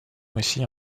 oscille